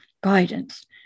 Guidance